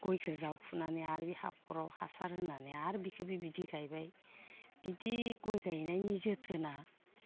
गयखो जावफुनानै बे हाखराव हासार होनानै आरो बिखोबो बिदि गायबाय बिदि गय गायनायनि जोथोना